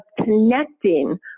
connecting